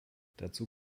dazu